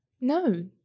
No